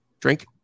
Drink